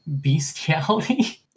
bestiality